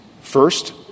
first